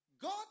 God